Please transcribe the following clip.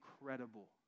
incredible